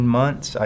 months